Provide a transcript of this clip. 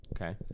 okay